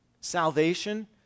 salvation